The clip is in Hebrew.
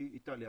היא איטליה.